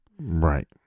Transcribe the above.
Right